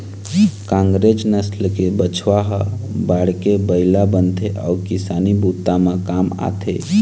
कांकरेज नसल के बछवा ह बाढ़के बइला बनथे अउ किसानी बूता म काम आथे